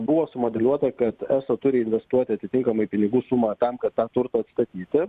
buvo sumodeliuota kad eso turi nustoti atitinkamą pinigų sumą tam kad tą turtą atstatyti